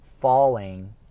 falling